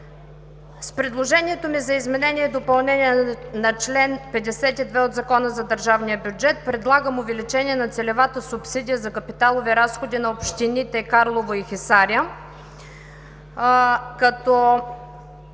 С предложението ми за изменение и допълнение на чл. 52 от Закона за държавния бюджет предлагам увеличение на целевата субсидия за капиталови разходи на общините Карлово и Хисаря, като